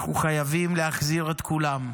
אנחנו חייבים להחזיר את כולם.